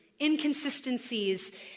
inconsistencies